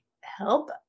help